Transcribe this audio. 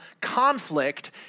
conflict